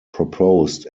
proposed